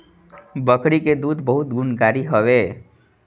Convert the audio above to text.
बकरी के दूध बहुते गुणकारी हवे